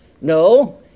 no